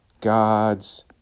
God's